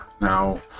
Now